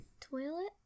Toilet